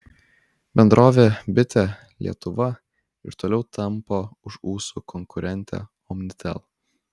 bendrovė bitė lietuva ir toliau tampo už ūsų konkurentę omnitel